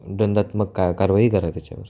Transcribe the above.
दंडात्मक का कारवाई करा त्याच्यावर